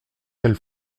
elles